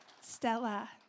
Stella